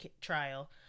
trial